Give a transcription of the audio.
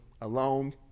alone